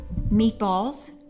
Meatballs